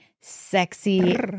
sexy